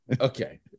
Okay